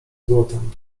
złotem